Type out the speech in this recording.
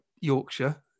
Yorkshire